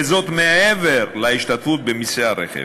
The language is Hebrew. וזאת מעבר להשתתפות במסי הרכב.